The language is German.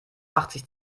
achtzig